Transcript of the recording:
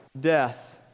death